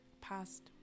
past